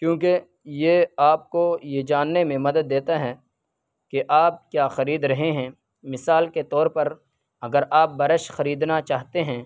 کیوں کہ یہ آپ کو یہ جاننے میں مدد دیتے ہیں کہ آپ کیا خرید رہے ہیں مثال کے طور پر اگر آپ برش خریدنا چاہتے ہیں